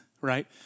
right